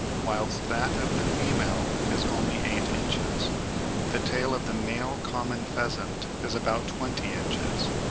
whilst that of the female is only eight inches the tail of the male common pheasant is about twenty inches,